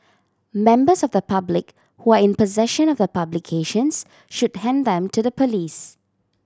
members of the public who are in possession of the publications should hand them to the police